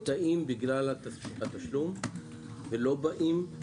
יש שנרתעים בגלל התשלום ולא באים?